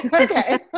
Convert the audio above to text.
Okay